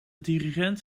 dirigent